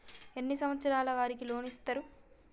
ఎన్ని సంవత్సరాల వారికి లోన్ ఇస్తరు?